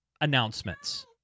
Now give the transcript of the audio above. announcements